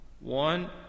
One